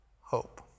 hope